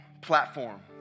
platform